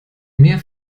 mehr